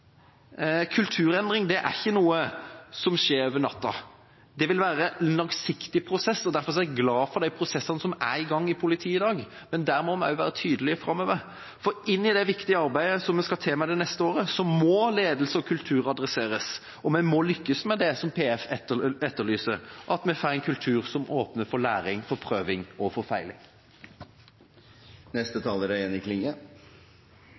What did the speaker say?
er ikke noe som skjer over natten, det vil være en langsiktig prosess. Derfor er jeg glad for de prosessene som er i gang i politiet i dag, men der må vi også være tydelig framover. Inn i det viktige arbeidet som vi skal i gang med det neste året, må ledelse og kultur adresseres, og vi må lykkes med det som PF etterlyser, at vi får en kultur som åpner for læring, for prøving og